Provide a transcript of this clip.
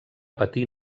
patir